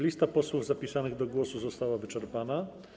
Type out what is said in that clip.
Lista posłów zapisanych do głosu została wyczerpana.